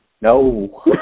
No